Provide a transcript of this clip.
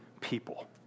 people